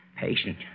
Patient